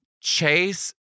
Chase